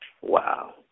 Wow